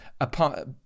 apart